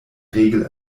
regel